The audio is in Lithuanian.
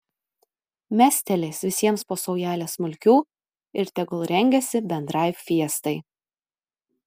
mestelės visiems po saujelę smulkių ir tegul rengiasi bendrai fiestai